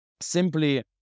simply